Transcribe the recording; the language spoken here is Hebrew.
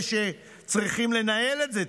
אלה שצריכים לנהל את זה,